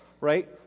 right